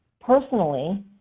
personally